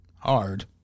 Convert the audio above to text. hard